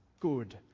Good